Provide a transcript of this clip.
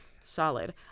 solid